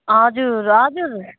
हजुर हजुर